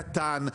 קטן.